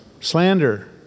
Slander